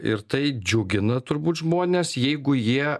ir tai džiugina turbūt žmones jeigu jie